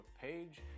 page